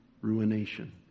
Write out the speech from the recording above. ruination